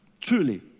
Truly